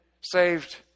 saved